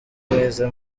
mwiza